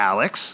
Alex